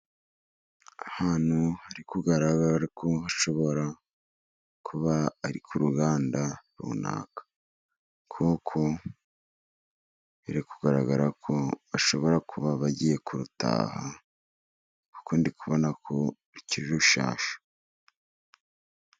Ahantu hari kugaragara ko hashobora kuba ari ku ruganda runaka, kuko biri kugaragara ko bashobora kuba bagiye kurutataha, kuko ndi kubona ko rukiri rushyashya.